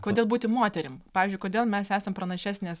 kodėl būti moterim pavyzdžiui kodėl mes esam pranašesnės